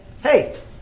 hey